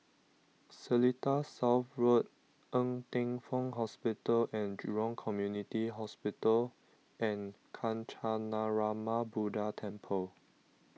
Seletar South Road Ng Teng Fong Hospital and Jurong Community Hospital and Kancanarama Buddha Temple